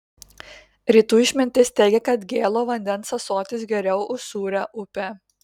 rytų išmintis teigia kad gėlo vandens ąsotis geriau už sūrią upę